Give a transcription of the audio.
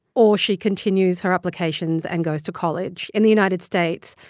or she continues her applications and goes to college in the united states,